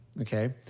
okay